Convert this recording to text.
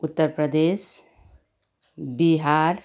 Uttar Pradesh Bihar